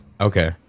okay